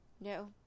No